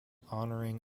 honoring